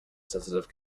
sensitive